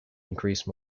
increase